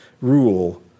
rule